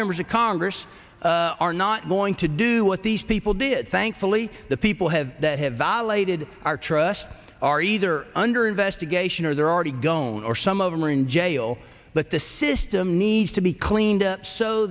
members of congress are not going to do what these people did thankfully the people have that have violated our trust are either under investigation or there are already goan or some of them are in jail that the system needs to be cleaned up so